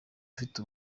ufite